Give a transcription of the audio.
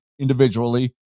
individually